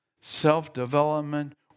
self-development